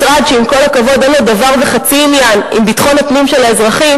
משרד שעם כל הכבוד אין לו דבר וחצי עם עניין ביטחון הפנים של האזרחים,